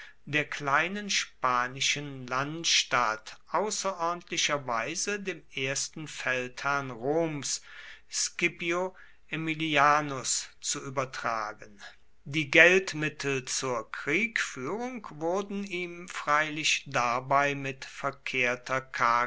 der kleinen spanischen landstadt außerordentlicherweise dem ersten feldherrn roms scipio aemilianus zu übertragen die geldmittel zur kriegführung wurden ihm freilich dabei mit verkehrter